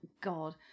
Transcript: god